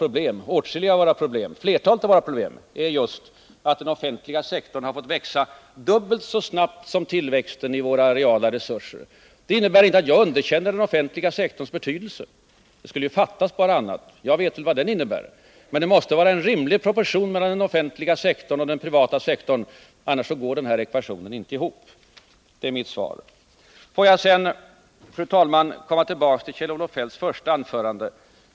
Orsaken till flertalet av våra problem är just att den offentliga sektorn har fått växa mer än dubbelt så snabbt som våra reala resurser. Detta innebär inte att jag underkänner den offentliga sektorns betydelse — fattas bara att jag skulle göra det, jag vet mycket väl vad den betyder — men det måste finnas en rimlig proportion mellan den offentliga sektorn och den privata sektorn, annars går inte vår ekvation ihop. Detta är mitt svar. Jag vill sedan, fru talman, återvända till Kjell-Olof Feldts första anförande.